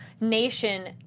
nation